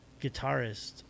guitarist